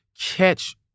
catch